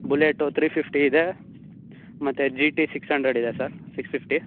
bullet three fifty ಇದೆ ಮತ್ತೆ G T six hundred ಇದೆ ಸರ್ ಸಿಕ್ಸ್ ಫಿಫ್ಟಿ